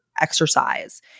exercise